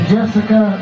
Jessica